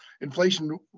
inflation